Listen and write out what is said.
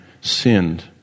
sinned